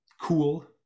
cool